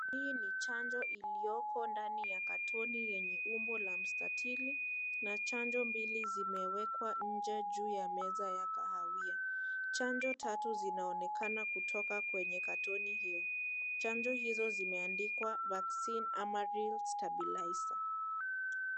Hii ni chanjo ilioko ndani ya katoni yenye umbo la mstatili na chanjo mbili zimewekwa nje juu ya meza ya kahawia, chanjo tatu zinaonekana kutoka kwenye katoni hiyo, chanjo hizo zimeandikwa (cs)Vaccin amaril stabiliser(cs)